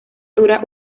dura